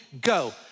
go